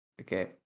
okay